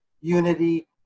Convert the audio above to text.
unity